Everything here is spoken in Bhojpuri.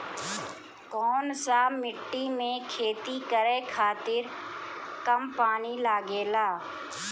कौन सा मिट्टी में खेती करे खातिर कम पानी लागेला?